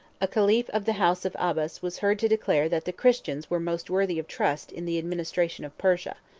a caliph of the house of abbas was heard to declare that the christians were most worthy of trust in the administration of persia.